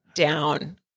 down